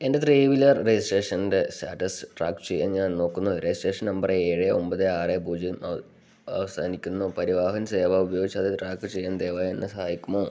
എൻ്റെ three wheeler രജിസ്ട്രേഷൻ്റെ status track ചെയ്യാൻ ഞാൻ നോക്കുന്നു രജിസ്ട്രേഷൻ നമ്പർ ഏഴ് ഒമ്പത് ആറ് പൂജ്യം അവസാനിക്കുന്നു പരിവാഹൻ സേവ ഉപയോഗിച്ച് അത് ട്രാക്ക് ചെയ്യാൻ ദയവായി എന്നെ സഹായിക്കുമോ